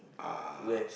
uh